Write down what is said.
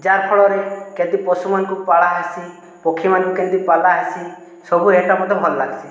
ଯାହାର୍ ଫଳରେ କେନ୍ତି ପଶୁ ମାନଙ୍କୁ ପାଳା ହେସିଁ ପକ୍ଷୀମାନଙ୍କୁ କେମ୍ତି ପାଲା ହେସିଁ ସବୁ ହେଇଟା ମୋତେ ଭଲ୍ ଲାଗ୍ସିଁ